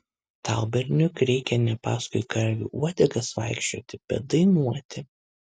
tau berniuk reikia ne paskui karvių uodegas vaikščioti bet dainuoti